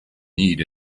need